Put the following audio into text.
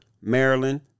Maryland